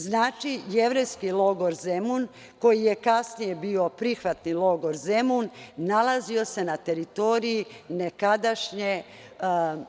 Znači, jevrejski logor Zemun koji je kasnije bio prihvatni logor Zemun nalazio se na teritoriji NDH.